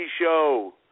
Show